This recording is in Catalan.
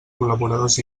col·laboradors